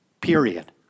period